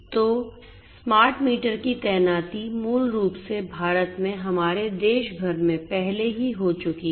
तो smart meter की तैनाती मूल रूप से भारत में हमारे देश भर में पहले ही हो चुकी है